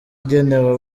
agenewe